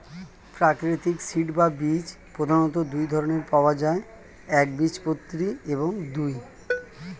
প্রাকৃতিক সিড বা বীজ প্রধানত দুই ধরনের পাওয়া যায় একবীজপত্রী এবং দুই